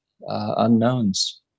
unknowns